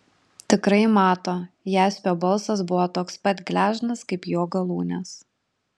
tikrai mato jaspio balsas buvo toks pat gležnas kaip jo galūnės